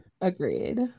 Agreed